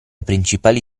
principali